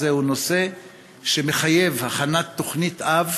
זהו נושא שמחייב הכנת תוכנית-אב,